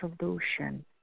solution